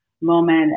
moment